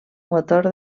motor